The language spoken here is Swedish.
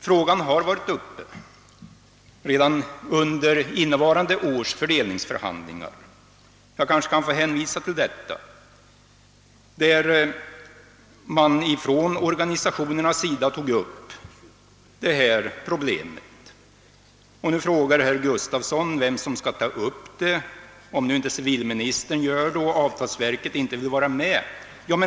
Organisationerna tog upp detta problem redan under innevarande års fördelningsförhandlingar. Herr Gustavsson i Alvesta frågar nu vem som skall ta upp frågan om civilministern inte gör det och avtalsverket inte vill förhandla härom.